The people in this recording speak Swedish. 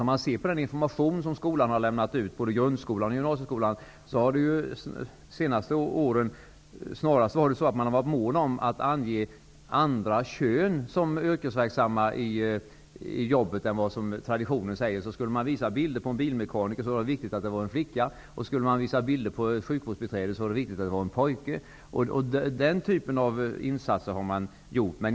När det gäller den information som både grundskolan och gymnasieskolan har lämnat ut under de senaste åren har det snarare varit så att man har varit mån om att ange det andra könet än det traditionella såsom yrkesverksamt i jobbet. Skulle man visa en bild på en bilmekaniker, var det viktigt att det var en flicka. Skulle man visa en bild på ett sjukvårdsbiträde, var det viktigt att det var en pojke.